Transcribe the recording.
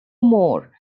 more